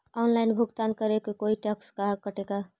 Online भुगतान करे को कोई टैक्स का कटेगा?